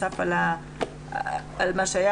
אלה המפעילים הקטנים שנתנו להם שבוע התארגנות בנוסף על מה שהיה